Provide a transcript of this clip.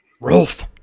Rolf